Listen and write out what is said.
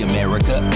America